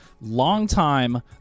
long-time